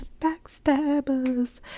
Backstabbers